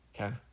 Okay